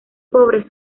pobres